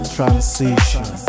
Transition